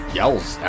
yells